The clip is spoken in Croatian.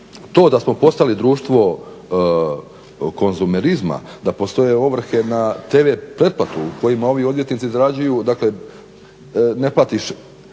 to da smo postali društvo konzumerizma, da postoje ovrhe na tv pretplatu u kojima ovi odvjetnici zarađuju, dakle ne platiš